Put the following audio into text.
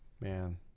man